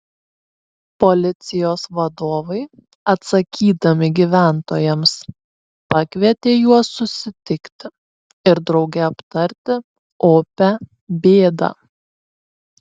policijos vadovai atsakydami gyventojams pakvietė juos susitikti ir drauge aptarti opią bėdą